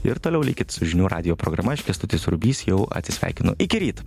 ir toliau likit su žinių radijo programa aš kęstutis rubys jau atsisveikinu iki ryt